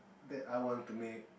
that I want to make